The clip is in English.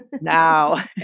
now